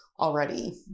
already